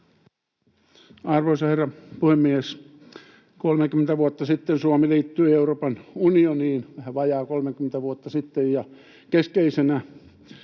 Arvoisa herra puhemies! 30 vuotta sitten Suomi liittyi Euroopan unioniin, vähän vajaa 30 vuotta sitten, ja keskeisenä